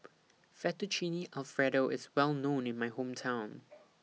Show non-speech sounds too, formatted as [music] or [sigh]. Fettuccine Alfredo IS Well known in My Hometown [noise]